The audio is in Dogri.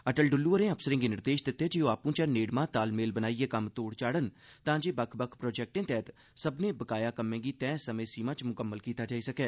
अटल डुल्लू होरें अफसरें गी निर्देश दित्ते जे ओ आपू विचे नेड़मा तालमेल बनाइयै कम्म तोड़ चाढ़न तां जे बक्ख बक्ख प्रोजेक्टें तैह्त सब्बने बकाया कम्में गी तैह् समें सीमा च मुकम्मल कीता जाई सकै